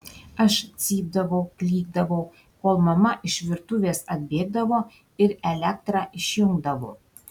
aš cypdavau klykdavau kol mama iš virtuvės atbėgdavo ir elektrą išjungdavo